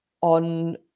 on